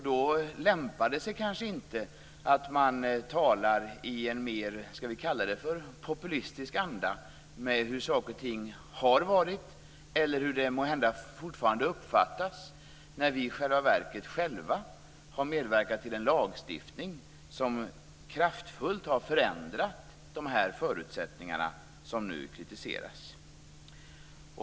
Då lämpar det sig kanske inte att man talar i en mer populistisk anda, om hur saker och ting har varit eller hur de måhända fortfarande uppfattas, när vi i själva verket har medverkat till en lagstiftning som kraftfullt har förändrat de förutsättningar som nu kritiseras.